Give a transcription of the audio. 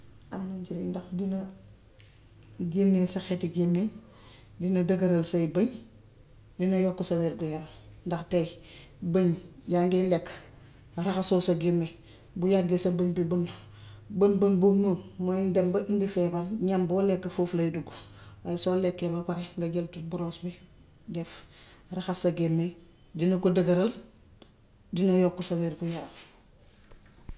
Am na njëriñ ndax dina génnee sa xeti gémmañ, dina dëgëral say bëñ, dina yokku sa wér-gi-yaram ndax tay bëñ, yaa ngi lekk raxasoo sa gémmañ. Bu yàggee sa bëñ bi bënn. Bën-bën boobu noonu mooy dem ba indi feebar, ñam boo lekk foofu lay duggu. Waaye soo lekkee ba pare, nga jël boroos bi def, raxas sa gémmañ. Dina ko dëgëral, dina yokku sa wér-gu-yaram.